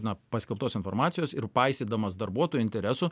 na paskelbtos informacijos ir paisydamas darbuotojų interesų